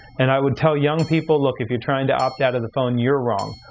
and i would tell young people, look if you're trying to opt out of the phone, you're wrong.